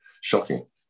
shocking